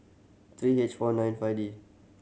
three H four nine five D